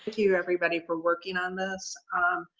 you, everybody, for working on this.